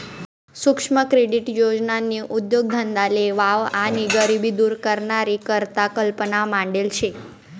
सुक्ष्म क्रेडीट योजननी उद्देगधंदाले वाव आणि गरिबी दूर करानी करता कल्पना मांडेल शे